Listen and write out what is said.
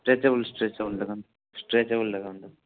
stretchable stretchable ଦେଖାନ୍ତୁ stretchable ଦେଖାନ୍ତୁ